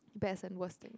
best and worst thing